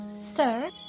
Sir